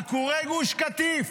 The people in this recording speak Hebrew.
עקורי גוש קטיף,